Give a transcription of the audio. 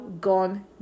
gone